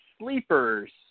Sleepers